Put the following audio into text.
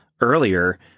earlier